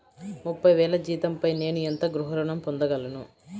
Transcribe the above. ముప్పై వేల జీతంపై నేను ఎంత గృహ ఋణం పొందగలను?